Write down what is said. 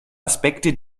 aspekte